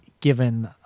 given